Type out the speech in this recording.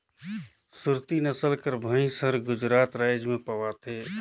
सुरती नसल कर भंइस हर गुजरात राएज में पवाथे